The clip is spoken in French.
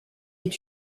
est